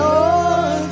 Lord